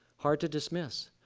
hard to dismiss.